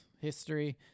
history